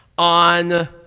on